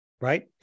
right